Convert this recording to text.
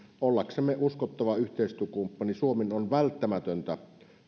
ollaksemme uskottava yhteistyökumppani suomen on välttämätöntä